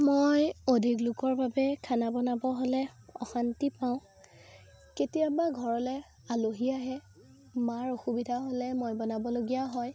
মই অধিক লোকৰ বাবে খানা বনাব হ'লে অশান্তি পাওঁ কেতিয়াবা ঘৰলৈ আলহী আহে মাৰ অসুবিধা হ'লে মই বনাবলগীয়া হয়